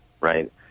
right